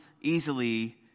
easily